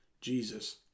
Jesus